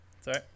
Sorry